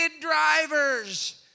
drivers